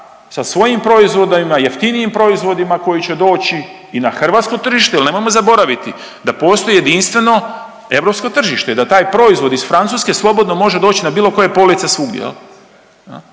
sa svojim proizvodima, jeftinijim proizvodima koji će doći i na hrvatsko tržište jer nemojmo zaboraviti da postoji jedinstveno europsko tržište i da taj proizvod iz Francuske slobodno može doći na bilo koje police svugdje,